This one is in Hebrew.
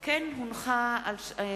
הערבים אזרחי